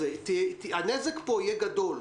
הנזק פה יהיה גדול.